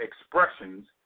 expressions